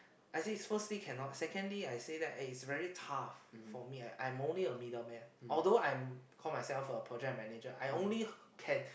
like this firstly cannot secondly I say that it is very tough for me I'm only a middle man although I'm call myself a project manager I only can